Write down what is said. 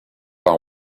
par